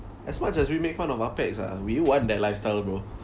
as much as we make fun of ah peks ah we want that lifestyle bro